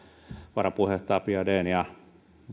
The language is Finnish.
varapuheenjohtaja biaudetn ja